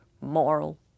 moral